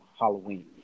Halloween